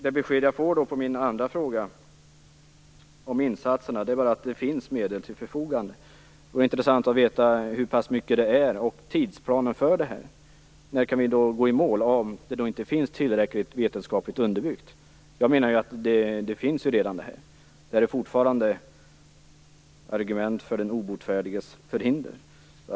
Det besked som jag fick på min andra fråga, som gällde insatserna, var att det finns medel till förfogande. Det vore intressant att få veta hur mycket det är och hur tidsplanen ser ut. När kan vi gå i mål, om det hela inte är tillräckligt vetenskapligt underbyggt? Jag menar att det redan är det och att det är fråga om den obotfärdiges förhinder.